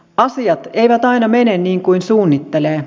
asiat eivät aina mene niin kuin suunnittelee